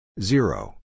zero